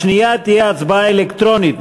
השנייה תהיה הצבעה אלקטרונית.